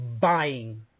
buying